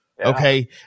Okay